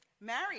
married